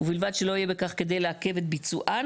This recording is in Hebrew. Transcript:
ובלבד שלא יהיה בכך כדי לעכב את ביצוען".